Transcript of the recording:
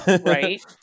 right